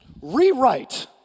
rewrite